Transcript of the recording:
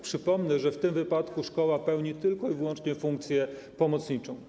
Przypomnę, że w tym wypadku szkoła pełni tylko i wyłącznie funkcję pomocniczą.